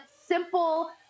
simple